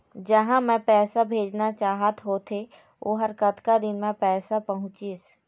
जहां मैं पैसा भेजना चाहत होथे ओहर कतका दिन मा पैसा पहुंचिस?